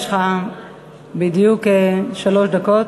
יש לך בדיוק שלוש דקות.